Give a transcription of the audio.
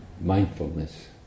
mindfulness